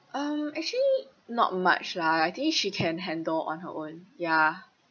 um actually not much lah I think she can handle on her own ya